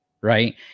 right